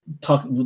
talk